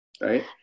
right